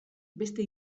beste